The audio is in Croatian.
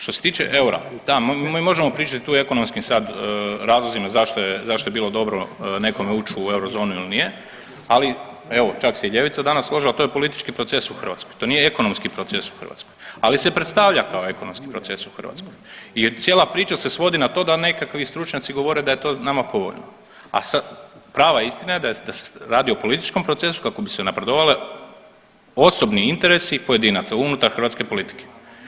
Što se tiče eura, tamo, mi možemo pričat tu o ekonomskim sad razlozima zašto je, zašto je bilo dobro nekome uć u eurozonu ili nije, ali evo čak se i ljevica danas složila, to je politički proces u Hrvatskoj, to nije ekonomski proces u Hrvatskoj, ali se predstavlja kao ekonomski proces u Hrvatskoj i cijela priča se svodi na to da nekakvi stručnjaci govore da je to nama povoljno, a prava istina je da se radi o političkom procesu kako bi se unapredovale osobni interesi pojedinaca unutar hrvatske politike.